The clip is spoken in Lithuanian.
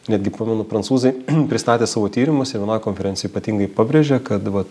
netgi pamenu prancūzai pristatė savo tyrimus ir vienoj konferencijoj ypatingai pabrėžė kad va